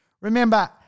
Remember